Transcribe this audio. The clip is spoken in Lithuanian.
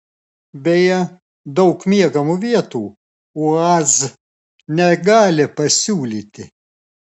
beje daug miegamų vietų uaz negali pasiūlyti